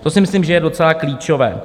To si myslím, že je docela klíčové.